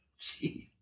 Jeez